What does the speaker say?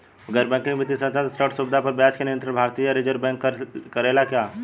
गैर बैंकिंग वित्तीय संस्था से ऋण सुविधा पर ब्याज के नियंत्रण भारती य रिजर्व बैंक करे ला का?